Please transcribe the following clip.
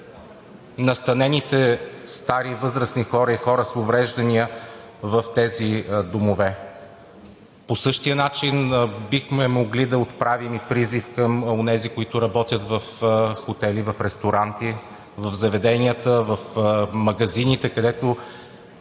настанените стари, възрастни хора и хора с увреждания в тези домове. По същия начин бихме могли да отправим и призив към онези, които работят в хотели, в ресторанти, в заведенията, в магазините, където